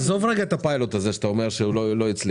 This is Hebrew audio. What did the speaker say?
עזוב רגע את הפיילוט הזה שאתה אומר שהוא לא הצליח.